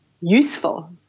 useful